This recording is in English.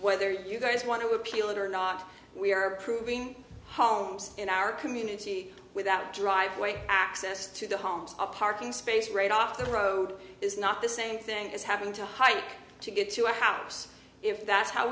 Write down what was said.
whether you guys want to repeal it or not we are approving homes in our community without driveway access to the homes a parking space right off the road is not the same thing as having to hike to get to a house if that's how